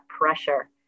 pressure